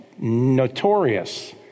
notorious